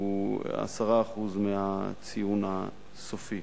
10% מהציון הסופי.